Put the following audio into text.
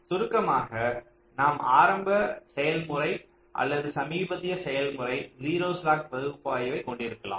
சுருக்கமாக நாம் ஆரம்ப செயல்முறை அல்லது சமீபத்திய செயல்முறை 0 ஸ்லாக் பகுப்பாய்வைக் கொண்டிருக்கலாம்